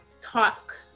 talk